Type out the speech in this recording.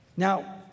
Now